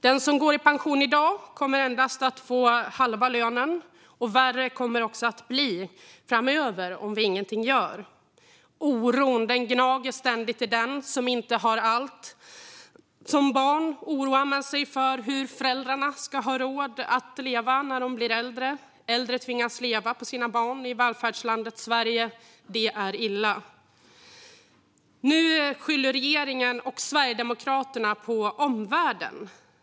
Den som går i pension i dag kommer endast att få halva lönen, och värre kommer det att bli framöver om vi inget gör. Oron gnager ständigt i den som inte har allt. Som barn oroar man sig för hur föräldrarna ska ha råd att leva när de blir äldre. Äldre tvingas leva på sina barn i välfärdslandet Sverige. Det är illa. Nu skyller regeringen och Sverigedemokraterna på omvärlden.